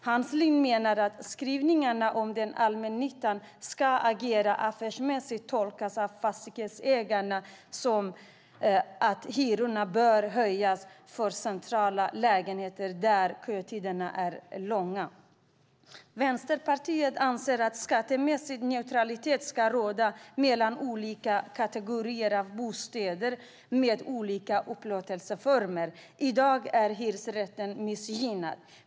Hans Lind menar att skrivningarna om att allmännyttan ska agera affärsmässigt tolkas av Fastighetsägarna som att hyrorna bör höjas för centrala lägenheter där kötiderna är långa. Vänsterpartiet anser att skattemässig neutralitet ska råda mellan olika kategorier av bostäder med olika upplåtelseformer. I dag är hyresrätten missgynnad.